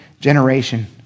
generation